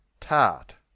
Tart